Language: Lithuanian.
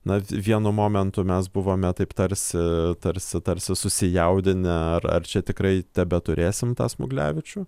na vienu momentu mes buvome taip tarsi tarsi tarsi susijaudinę ar ar čia tikrai tebeturėsim tą smuglevičių